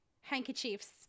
handkerchiefs